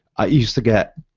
i used to get